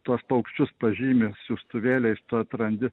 tuos paukščius pažymi siųstuvėliais tu atrandi